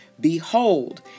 behold